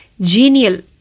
genial